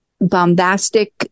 bombastic